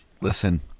listen